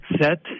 set